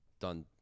done